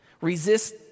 Resist